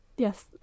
Yes